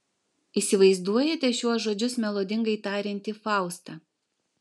įsivaizduojate šiuos žodžius melodingai tariantį faustą